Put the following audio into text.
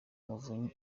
muvunyi